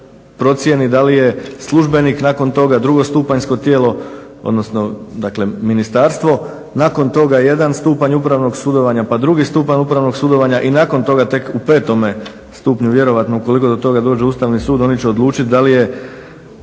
da li je službenik, nakon toga drugostupanjsko tijelo, odnosno dakle ministarstvo, nakon toga jedan stupanj upravnog sudovanja, pa drugi stupanj upravnog sudovanja i nakon toga tek u petome stupnju vjerojatno ukoliko do toga dođe Ustavni sud oni će odlučiti da li je